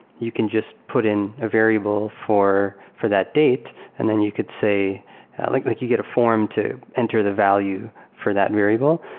you can just put in a variable for for that date and then you could say like like you get a form to enter the value for that variable,